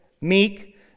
meek